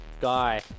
guy